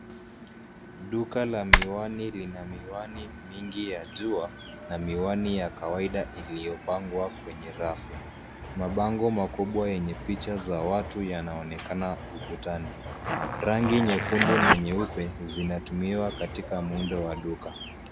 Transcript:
Duka la miwani lina miwani mingi ya jua na miwani ya kawaida iliyopangwa kwenye rafu. Mabango makubwa yenye picha za watu yanaonekana ukutani. Rangi nyekundu na nyeupe zinatumiwa katika muundo wa duka.